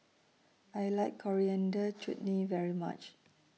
I like Coriander Chutney very much